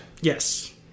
Yes